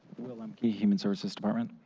will lemke, human services department.